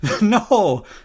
No